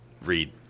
read